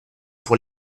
pour